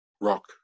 rock